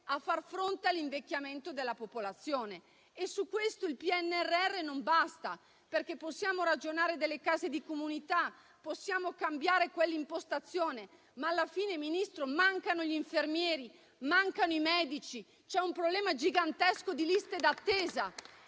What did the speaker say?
a far fronte all'invecchiamento della popolazione. Su questo il PNRR non basta, perché possiamo ragionare delle case di comunità, possiamo cambiare quell'impostazione, ma alla fine, signor Ministro, mancano gli infermieri, mancano i medici e c'è un problema gigantesco di liste d'attesa